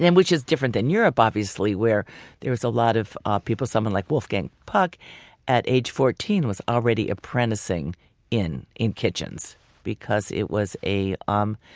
which is different than europe obviously where there was a lot of ah people, someone like wolfgang puck at age fourteen was already apprenticing in in kitchens because it was a um